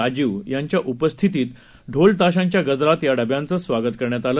राजीव यांच्या उपस्थितीत ढोल ताशांच्या गजरात या डब्यांचं स्वागत करण्यात आलं